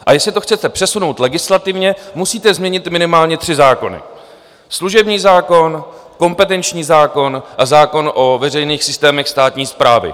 A jestli to chcete přesunout legislativně, musíte změnit minimálně tři zákony: služební zákon, kompetenční zákon a zákon o veřejných systémech státní správy.